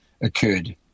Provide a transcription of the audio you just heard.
occurred